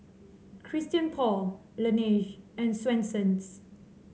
Christian Paul Laneige and Swensens